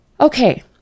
Okay